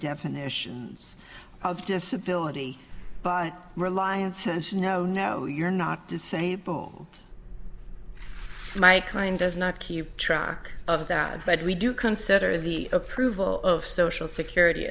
definitions of disability by reliance hence no no you're not disable my kind does not keep track of that but we do consider the approval of social security